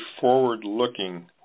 forward-looking